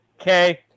Okay